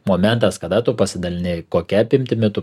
momentas kada tu pasidalini kokia apimtimi tu